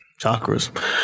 Chakras